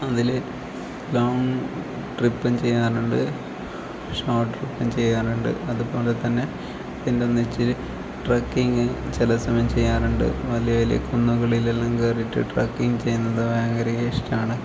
അതിൽ ലോങ്ങ് ട്രിപ്പും ചെയ്യാറുണ്ട് ഷോർട്ട് ട്രിപ്പും ചെയ്യാറുണ്ട് അതുപോലെ തന്നെ പിന്നൊന്നിച്ച് ട്രക്കിങ്ങ് ചില സമയം ചെയ്യാറുണ്ട് മലയിൽ കുന്നുകളിൽ എല്ലാം കയറിയിട്ട് ട്രക്കിങ്ങ് ചെയ്യുന്നത് ഭയങ്കര ഇഷ്ടമാണ്